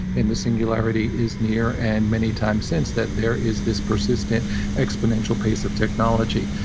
and the singularity is near, and many times since that there is this persistent exponential pace of technology.